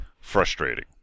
frustrating